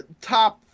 top